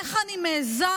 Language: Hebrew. איך אני מעיזה